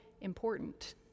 important